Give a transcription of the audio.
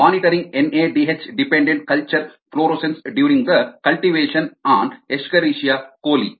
monitoring NADH dependent culture fluorescence during the cultivation on Escherichia Koli